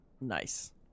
nice